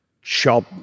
shop